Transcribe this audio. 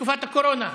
מתקופת הקורונה.